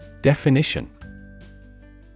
Definition